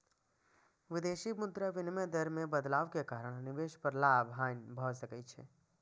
विदेशी मुद्रा विनिमय दर मे बदलाव के कारण निवेश पर लाभ, हानि भए सकै छै